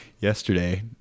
yesterday